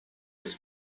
des